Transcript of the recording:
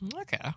okay